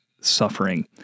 suffering